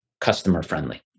customer-friendly